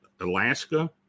Alaska